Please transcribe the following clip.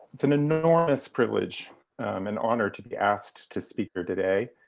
it's an enormous privilege and honor to be asked to speak here today.